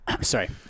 Sorry